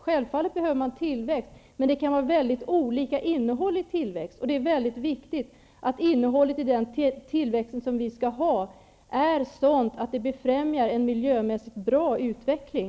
Självfallet behövs tillväxt, men det kan vara mycket olika innehåll i tillväxt. Det är mycket viktigt att innehållet i den tillväxt vi måste ha är sådan att den befrämjar en miljömässigt bra utveckling.